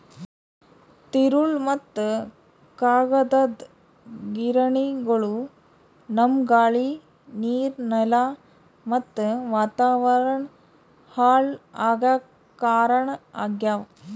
ತಿರುಳ್ ಮತ್ತ್ ಕಾಗದದ್ ಗಿರಣಿಗೊಳು ನಮ್ಮ್ ಗಾಳಿ ನೀರ್ ನೆಲಾ ಮತ್ತ್ ವಾತಾವರಣ್ ಹಾಳ್ ಆಗಾಕ್ ಕಾರಣ್ ಆಗ್ಯವು